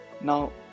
now